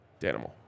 Danimal